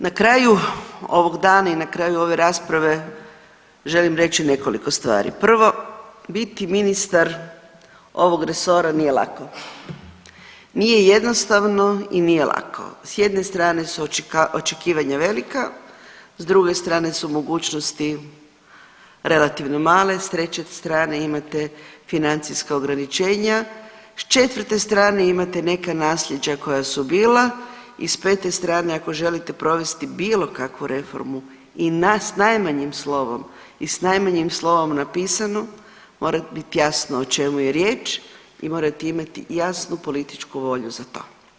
Na kraju ovog dana i na kraju ove rasprave želim reći nekoliko stvari, prvo biti ministar ovog resora nije lako, nije jednostavno i nije lako, s jedne strane su očekivanja velika, s druge strane su mogućnosti relativno male, s treće strane imate financijska ograničenja, s četvrte strane imate neka nasljeđa koja su bila i s pete strane ako želite provesti bilo kakvu reformu i na s najmanjim slovom i s najmanjim slovom napisano mora bit jasno o čemu je riječ i morate imati jasnu političku volju za to.